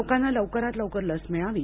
लोकांना लवकरात लवकर लस मिळावी